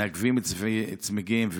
מנקבים צמיגים,